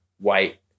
white